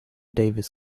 davis